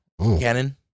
canon